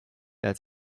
als